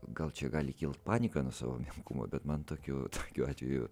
gal čia gali kilt panika nuo savo menkumo bet man tokiu atveju